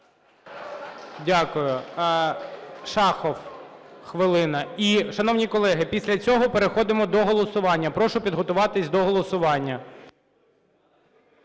Дякую. Шахов – хвилина. І, шановні колеги, після цього переходимо до голосування. Прошу підготуватись до голосування.